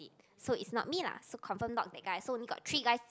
it so it's not me lah so confirm not that guy so only got three guys